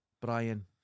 Brian